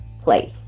place